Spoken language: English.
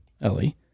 Ellie